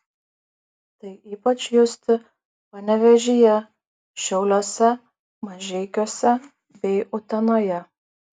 tai ypač justi panevėžyje šiauliuose mažeikiuose bei utenoje